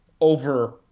over